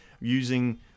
using